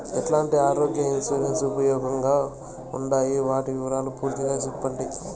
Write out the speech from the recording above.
ఎట్లాంటి ఆరోగ్య ఇన్సూరెన్సు ఉపయోగం గా ఉండాయి వాటి వివరాలు పూర్తిగా సెప్పండి?